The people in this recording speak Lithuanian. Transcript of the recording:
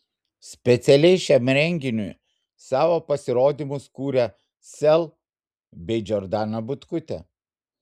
specialiai šiam renginiui savo pasirodymus kūrė sel bei džordana butkutė